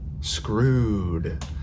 screwed